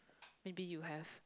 maybe you have